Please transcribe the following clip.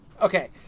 okay